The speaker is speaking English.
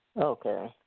Okay